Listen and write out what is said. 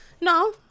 No